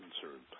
concerned